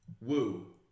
Woo